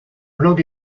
blog